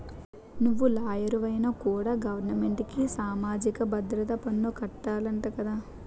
నువ్వు లాయరువైనా కూడా గవరమెంటుకి సామాజిక భద్రత పన్ను కట్టాలట కదా